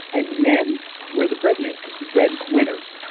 and men were the bread makers breadwinners.